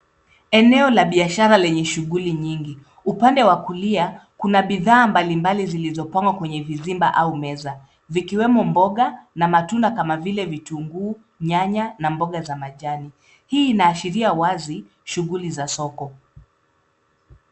Eneo la biashara lenye shughuli nyingi. upande wa kulia kuna bidhaa mbalimbali zilizopangwa kwenye vizimba au meza. Vikiwemo mboga na matunda kama vile vitunguu, nyanya na mboga za majani. Hii inaashiria wazi shughuli za soko.